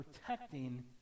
protecting